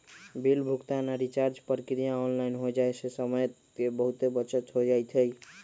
bill भुगतान आऽ recharge प्रक्रिया ऑनलाइन हो जाय से समय के बहुते बचत हो जाइ छइ